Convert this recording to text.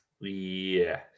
Yes